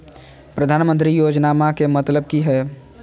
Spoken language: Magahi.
प्रधानमंत्री योजनामा के मतलब कि हय?